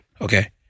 okay